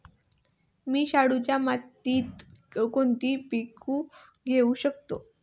मी शाडूच्या मातीत कोणते पीक घेवू शकतो?